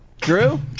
Drew